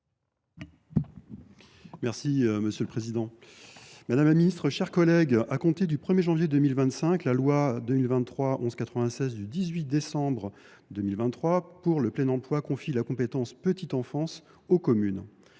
et de la petite enfance. Madame la ministre, mes chers collègues, à compter du 1 janvier 2025, la loi n° 2023 1196 du 18 décembre 2023 pour le plein emploi confie la compétence « petite enfance » aux communes.